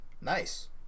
Nice